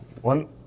one